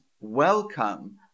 welcome